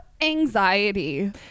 anxiety